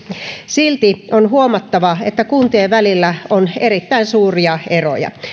silti on huomattava että kuntien välillä on erittäin suuria eroja